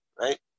right